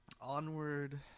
Onward